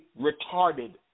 retarded